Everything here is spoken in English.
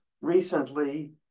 recently